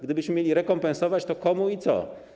Gdybyśmy mieli rekompensować, to komu i co?